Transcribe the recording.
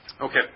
Okay